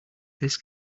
this